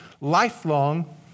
lifelong